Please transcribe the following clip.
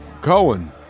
Cohen